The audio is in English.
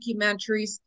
documentaries